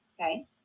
Okay